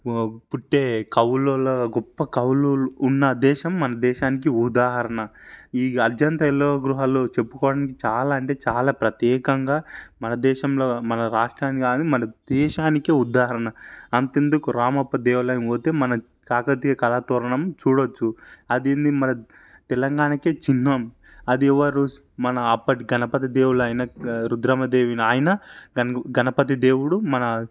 పుట్టే కవులలో గొప్ప కవులు ఉన్న దేశం మన దేశానికి ఉదాహరణ ఈ అజంతా ఎల్లోరా గుహలు చెప్పుకోవడానికి చాలా అంటే చాలా ప్రత్యేకంగా మన దేశంలో మన రాష్ట్రాన్ని కానీ మన దేశానికి ఉదాహరణ అంతెందుకు రామప్ప దేవాలయం పొతే మన కాకతీయ కళాతోరణం చూడవచ్చు అదేంటి మన తెలంగాణకే చిహ్నం అది ఎవరు మన అప్పటి గణపతి దేవులైన రుద్రమదేవి నాయన గణపతి దేవుడు మన